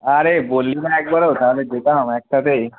আরে বললি না একবারও তাহলে যেতাম একসাথেই